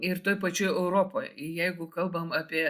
ir toj pačioj europoj jeigu kalbam apie